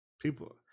people